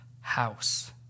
house